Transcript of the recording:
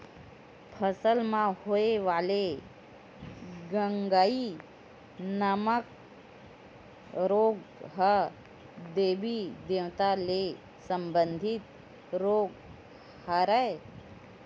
फसल म होय वाले गंगई नामक रोग ह देबी देवता ले संबंधित रोग हरय